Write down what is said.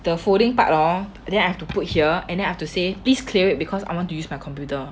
the folding part orh then I have to put here and I have to say please clear it because I want to use my computer